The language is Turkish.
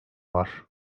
var